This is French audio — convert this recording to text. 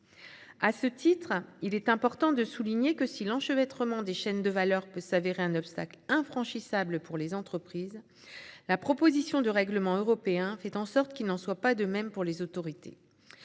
À ce titre, il est important de souligner que si l'enchevêtrement des chaînes de valeur peut se révéler un obstacle infranchissable pour les entreprises, la proposition de règlement européen fait en sorte qu'il n'en soit pas de même pour les autorités.